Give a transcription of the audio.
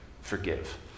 forgive